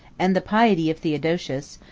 and the piety of theodosius,